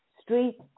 street